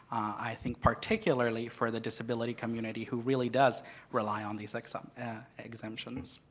i think particularly for the disability community, who really does rely on these like so um exemptions.